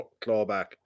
clawback